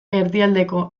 erdialdeko